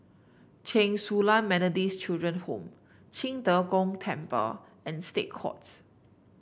Chen Su Lan Methodist Children Home Qing De Gong Temple and State Courts